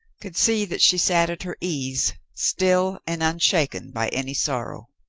could see that she sat at her ease, still and unshaken by any sorrow.